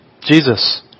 Jesus